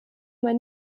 man